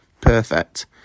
Perfect